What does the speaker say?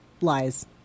lies